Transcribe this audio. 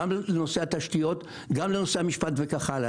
גם בנושא התשתיות וגם בנושא המשפט וכך הלאה.